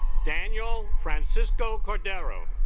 daniel francisco cordero